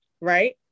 right